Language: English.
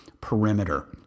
perimeter